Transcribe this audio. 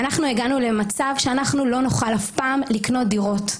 והגענו למצב שאף פעם לא נוכל לקנות דירות.